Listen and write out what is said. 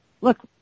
look